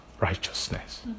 righteousness